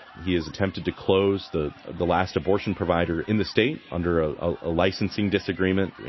he has attempted to close the the last abortion provider in the state under a ah ah licensing disagreement.